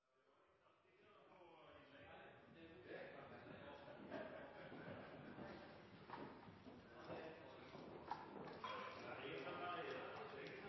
på